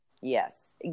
Yes